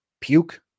Puke